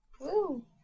Woo